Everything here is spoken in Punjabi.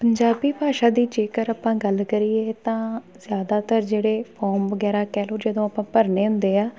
ਪੰਜਾਬੀ ਭਾਸ਼ਾ ਦੀ ਜੇਕਰ ਆਪਾਂ ਗੱਲ ਕਰੀਏ ਤਾਂ ਜ਼ਿਆਦਾਤਰ ਜਿਹੜੇ ਫੋਮ ਵਗੈਰਾ ਕਹਿ ਲਓ ਜਦੋਂ ਆਪਾਂ ਭਰਨੇ ਹੁੰਦੇ ਆ